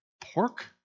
pork